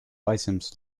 items